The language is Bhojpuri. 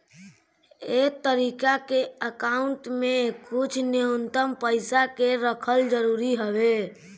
ए तरीका के अकाउंट में कुछ न्यूनतम पइसा के रखल जरूरी हवे